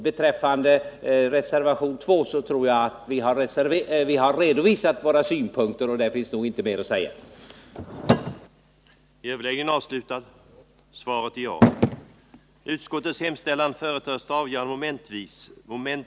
Beträffande reservationen 2 tror jag att vi har redovisat våra synpunkter, och jag har därför inte mer att säga om den.